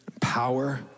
power